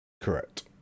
Correct